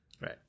Right